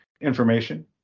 information